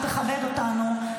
תכבד אותנו.